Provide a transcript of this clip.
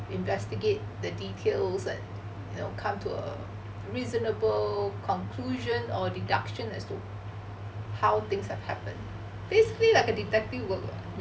investigate the details you know come to a reasonable conclusion or deduction as to how things have happened basically like a detective work lah